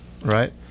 right